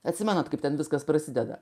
atsimenate kaip ten viskas prasideda